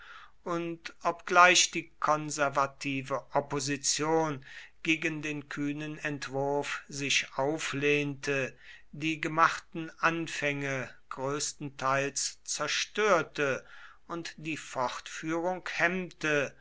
und obgleich die konservative opposition gegen den kühnen entwurf sich auflehnte die gemachten anfänge größtenteils zerstörte und die fortführung hemmte